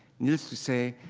needless to say,